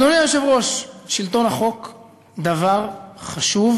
אדוני היושב-ראש, שלטון החוק הוא דבר חשוב,